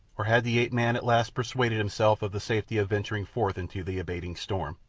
or had the ape-man at last persuaded himself of the safety of venturing forth into the abating storm?